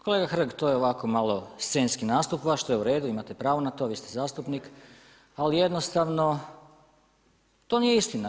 Kolega Hrg, to je ovako scenski nastup vaš, što je u redu, imate pravo na to, vi ste zastupnik ali jednostavno to nije istina.